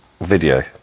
video